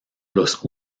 los